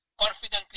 confidently